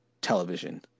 television